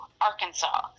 Arkansas